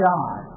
God